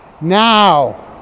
now